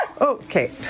Okay